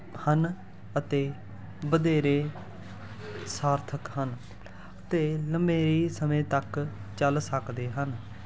ਹਨ ਅਤੇ ਵਧੇਰੇ ਸਾਰਥਕ ਹਨ ਅਤੇ ਲੰਮੇਰੀ ਸਮੇਂ ਤੱਕ ਚੱਲ ਸਕਦੇ ਹਨ